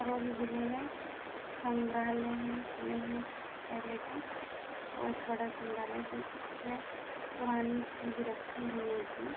करौली जिले में संग्रहालय हैं किले हैं पहले का बहुत बड़ा संग्रहालय जो जिसमें पुरानी चीज रखी हुई हैं अभी